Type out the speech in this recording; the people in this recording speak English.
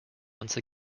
once